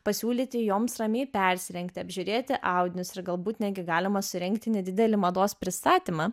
pasiūlyti joms ramiai persirengti apžiūrėti audinius ir galbūt negi galima surengti nedidelį mados pristatymą